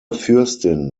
fürstin